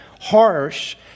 harsh